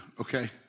okay